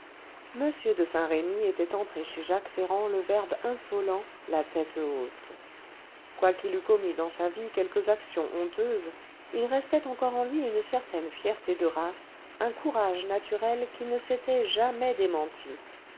m de saint-remy était entré chez jacques ferrand le verbe insolent la tête haute quoiqu'il eût commis dans sa vie quelques actions honteuses il restait encore en lui une certaine fierté de race un courage naturel qui ne s'était jamais démenti